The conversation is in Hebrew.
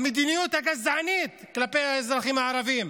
המדיניות הגזענית כלפי האזרחים הערבים.